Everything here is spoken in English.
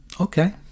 Okay